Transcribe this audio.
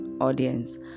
audience